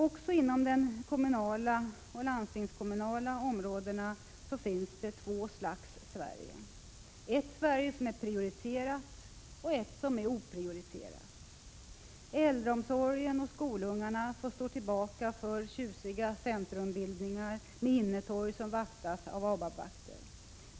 Också inom de kommunala och landstingskommunala områdena finns det två slags Sverige, ett Sverige som är prioriterat och ett som är oprioriterat. Äldreomsorgen och skolungarna får stå tillbaka för tjusiga centrumbildningar med innetorg som vaktas av ABAB-vakter.